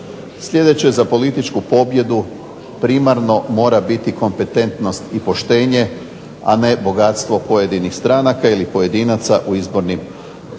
Sljedeće za političku pobjedu primarno mora biti kompetentnost i poštenje, a ne bogatstvo pojedinih stranaka ili pojedinaca u izbornim kampanjama.